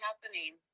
happening